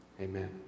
Amen